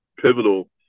pivotal